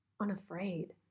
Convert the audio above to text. unafraid